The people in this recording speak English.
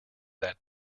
that